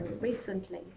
recently